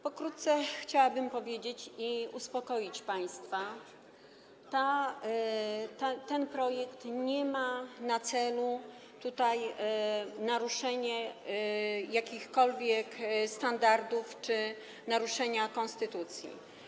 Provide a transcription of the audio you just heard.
Pokrótce chciałabym powiedzieć, i uspokoić państwa, że ten projekt nie ma na celu naruszenia jakichkolwiek standardów czy naruszenia konstytucji.